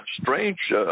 strange